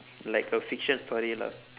like a fiction story lah